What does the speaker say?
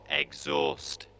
exhaust